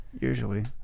usually